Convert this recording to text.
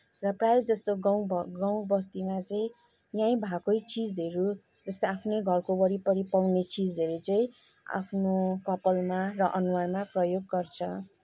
र प्रायः जस्तो गाउँ भ गाउँ बस्तीमा चाहिँ यहीँ भएकै चिजहरू जस्तै आफ्नै घरको वरिपरि पाउने चिजहरू चाहिँ आफ्नो कपालमा र अनुहारमा प्रयोग गर्छ